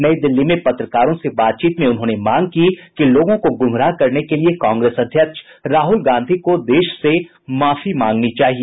नई दिल्ली में पत्रकारों से बातचीत में उन्होंने मांग की कि लोगों को गुमराह करने के लिए कांग्रेस अध्यक्ष राहुल गांधी को देश से माफी मांगनी चाहिए